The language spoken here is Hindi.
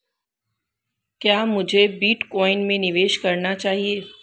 क्या मुझे बिटकॉइन में निवेश करना चाहिए?